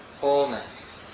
wholeness